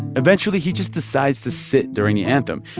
eventually, he just decides to sit during the anthem.